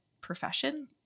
profession